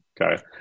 Okay